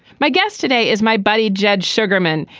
my guest today is my buddy jed sugarman.